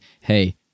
hey